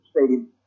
stadium